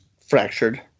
fractured